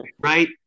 right